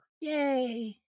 Yay